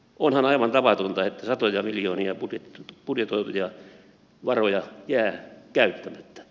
onhan aivan tavatonta että satoja miljoonia budjetoituja varoja jää käyttämättä